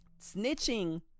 Snitching